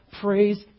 praise